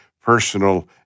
personal